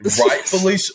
rightfully